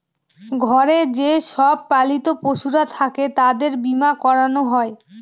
ঘরে যে সব পালিত পশুরা থাকে তাদের বীমা করানো হয়